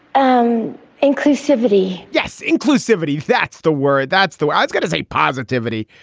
um inclusivity yes, inclusivity. that's the word. that's the way i've got to say positivity,